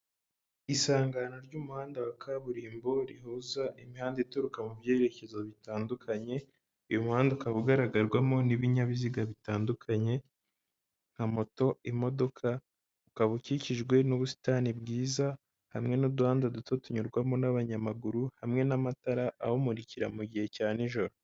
Isangano ry'umuhanda wa kaburimbo rihuza imihanda ituruka mu byerekezo bitandukanye; uyu muhanda ukaba ugaragarwamo n'ibinyabiziga bitandukanye nka moto, imodoka, ukaba ukikijwe n'ubusitani bwiza, hamwe n'uduhanda duto tunyurwamo n'abanyamaguru, hamwe n'amatara awumurikira mu gihe cya n'ijoro.